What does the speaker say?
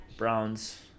Browns